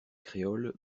créole